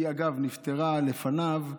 אגב, היא נפטרה לפניו,